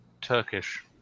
Turkish